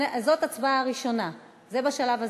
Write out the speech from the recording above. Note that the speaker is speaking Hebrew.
זאת ההצבעה הראשונה, זה בשלב הזה.